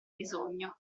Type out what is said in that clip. bisogno